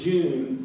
June